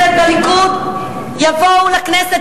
שחברי הכנסת מהליכוד יבואו לכנסת,